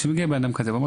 כשמגיע בן-אדם כזה אומר,